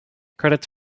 credits